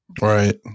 Right